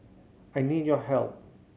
I need your help